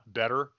better